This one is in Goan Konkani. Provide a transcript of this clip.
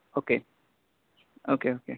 okay okay okay